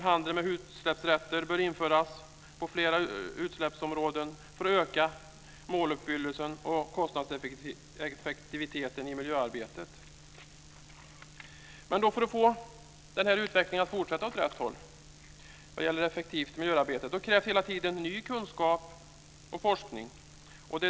Handel med utsläppsrätter bör t.ex. införas på flera utsläppsområden för att öka måluppfyllelsen och kostnadseffektiviteten i miljöarbetet. Men för att man ska få den här utvecklingen att fortsätta åt rätt håll vad gäller effektivt miljöarbete krävs det hela tiden ny kunskap och forskning.